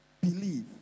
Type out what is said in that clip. Believe